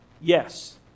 Yes